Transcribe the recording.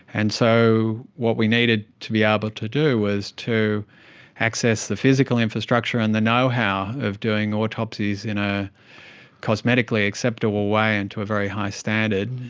and so what we needed to be able to do was to access the physical infrastructure and the know-how of doing autopsies in a cosmetically acceptable way and to a very high standard.